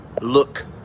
look